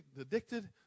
addicted